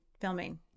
filming